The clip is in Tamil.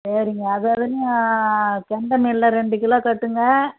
சரிங்க அதுவரைக்கும் கெண்டை மீனில் ரெண்டு கிலோ கட்டுங்க